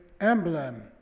emblem